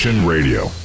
Radio